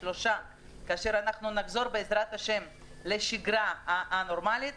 שלושה כשנחזור בעז"ה לשגרה הנורמלית,